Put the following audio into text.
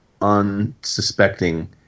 unsuspecting